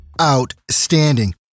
outstanding